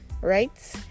right